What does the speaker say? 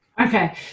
Okay